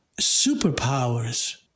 superpowers